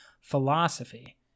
philosophy